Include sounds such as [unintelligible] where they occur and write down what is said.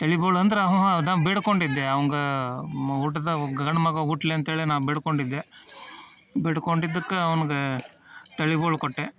ತಲಿ ಬೋಳು ಅಂದ್ರೆ [unintelligible] ಅದು ಬೇಡಿಕೊಂಡಿದ್ದೆ ಅವ್ನ್ಗೆ ಮ ಹುಟ್ತಾವ್ ಗಂಡು ಮಗ ಹುಟ್ಟಲಿ ಅಂತ್ಹೇಳಿ ನಾ ಬೇಡಿಕೊಂಡಿದ್ದೆ ಬೇಡ್ಕೊಂಡಿದ್ದಕ್ಕೆ ಅವ್ನ್ಗೆ ತಲಿ ಬೋಳು ಕೊಟ್ಟೆ